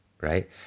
right